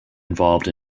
involved